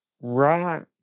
right